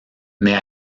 mais